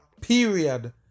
period